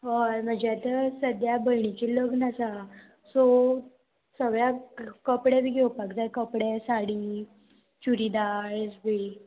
हय म्हजें आतां सद्द्या भयणीचें लग्न आसा सो सगळ्यांक कपडे बी घेवपाक जाय कपडे साडी चुडिदार्स बी